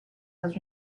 has